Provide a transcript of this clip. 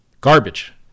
Garbage